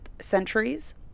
centuries